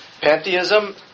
Pantheism